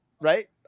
right